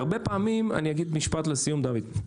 והרבה פעמים, אני אגיד משפט לסיום, דוד.